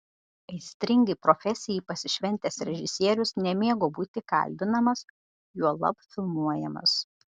aistringai profesijai pasišventęs režisierius nemėgo būti kalbinamas juolab filmuojamas